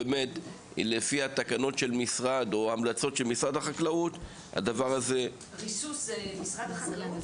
לפי ההמלצות של משרד החקלאות --- ריסוס זה משרד החקלאות?